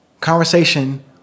conversation